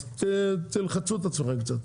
אז תלחצו את עצמכם קצת.